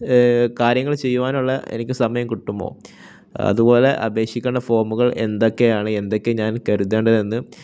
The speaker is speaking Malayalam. കാര്യങ്ങള് ചെയ്യുവാനുള്ള എനിക്ക് സമയം കിട്ടുമോ അതുപോലെ അപേക്ഷിക്കേണ്ട ഫോമുകൾ എന്തൊക്കെയാണ് എന്തൊക്കെയാണ് ഞാൻ കരുതേണ്ടതെന്ന്